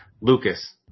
Lucas